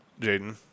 Jaden